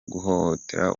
guhohotera